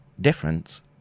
difference